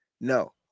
no